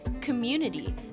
community